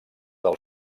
del